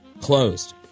Closed